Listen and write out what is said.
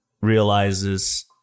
realizes